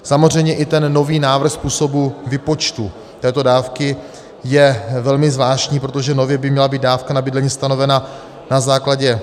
Samozřejmě i ten nový návrh způsobu výpočtu této dávky je velmi zvláštní, protože nově by měla být dávka na bydlení stanovena na základě...